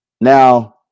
Now